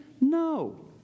No